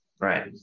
Right